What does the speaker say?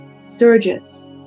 surges